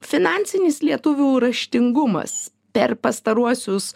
finansinis lietuvių raštingumas per pastaruosius